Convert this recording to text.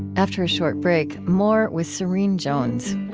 after a short break, more with serene jones.